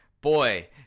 Boy